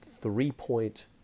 three-point